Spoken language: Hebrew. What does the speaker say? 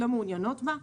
לא מעוניינות בה.